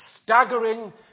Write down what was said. staggering